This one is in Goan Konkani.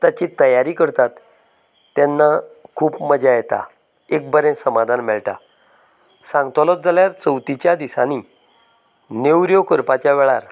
ताची तयारी करतात तेन्ना खूब मजा येता एक बरें समाधान मेळटात सांगतोलोच जाल्यार चवथीच्या दिसांनी नेवऱ्यो करपाच्या वेळार